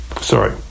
Sorry